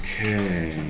okay